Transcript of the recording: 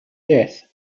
death